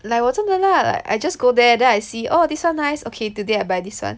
like 我真的啦 like I just go there then I see oh this [one] nice okay today I buy this [one]